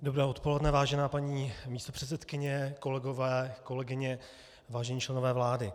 Dobré odpoledne, vážená paní místopředsedkyně, kolegové, kolegyně, vážení členové vlády.